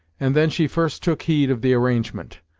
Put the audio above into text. and then she first took heed of the arrangement.